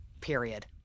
period